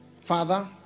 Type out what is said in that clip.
Father